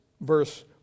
verse